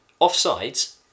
Offsides